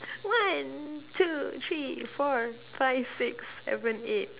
one two three four five six seven eight